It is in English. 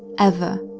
ever.